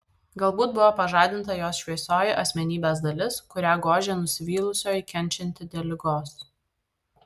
galbūt buvo pažadinta jos šviesioji asmenybės dalis kurią gožė nusivylusioji kenčianti dėl ligos